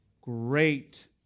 great